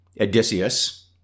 Odysseus